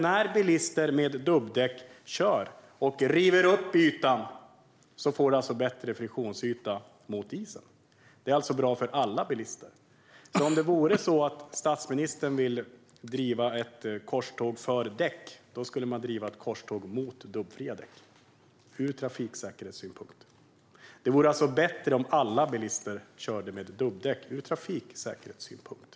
När bilister med dubbdäck kör och river upp ytan blir det en bättre friktionsyta mot isen. Det är alltså bra för alla bilister. Om det är så att statsministern vill driva ett korståg för däck ska man driva ett korståg mot dubbfria däck - ur trafiksäkerhetssynpunkt. Det vore alltså bättre om alla bilister körde med dubbdäck - ur trafiksäkerhetssynpunkt.